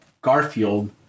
Garfield